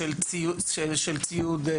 של ציוד,